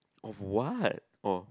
of what orh